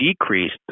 decreased